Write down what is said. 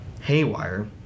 haywire